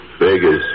Vegas